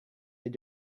they